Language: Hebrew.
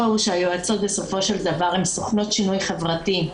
הוא שהיועצות בסופו של דבר הן סוכנות שינוי חברתי,